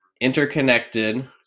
interconnected